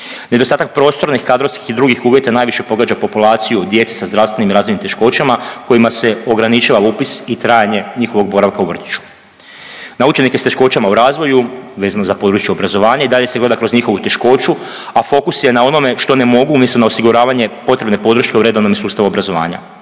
Nedostatak prostornih, kadrovskih i drugih uvjeta najviše pogađa populaciju djece sa zdravstvenim razvojnim teškoćama kojima se ograničava upis i trajanje njihovog boravka u vrtiću. Na učenike s teškoćama u razvoju vezano uz područje obrazovanja i dalje se gleda kroz njihovu teškoću, a fokus je na onome što ne mogu umjesto na osiguravanje potrebne podrške u redovnom sustavu obrazovanja.